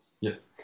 Yes